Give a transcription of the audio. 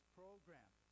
program